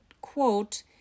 quote